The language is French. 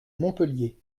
montpellier